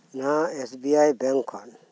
ᱱᱚᱣᱟ S B I bank ᱠᱷᱚᱱ